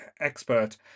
expert